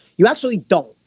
you actually don't.